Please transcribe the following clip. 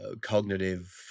cognitive